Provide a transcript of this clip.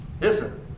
Listen